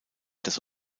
das